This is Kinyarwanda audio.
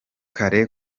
kare